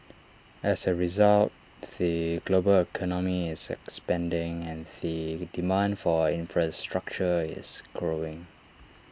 as A result the global economy is expanding and the demand for infrastructure is growing